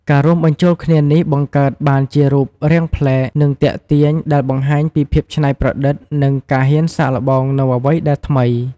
ការរួមបញ្ចូលគ្នានេះបង្កើតបានជារូបរាងប្លែក និងទាក់ទាញដែលបង្ហាញពីភាពច្នៃប្រឌិត និងការហ៊ានសាកល្បងនូវអ្វីដែលថ្មី។